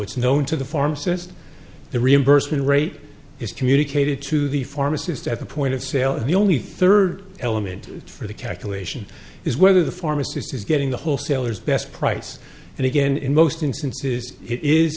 it's known to the pharmacist the reimbursement rate is communicated to the pharmacist at the point of sale and the only third element for the calculation is whether the pharmacist is getting the wholesaler's best price and again in most instances it is